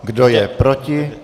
Kdo je proti?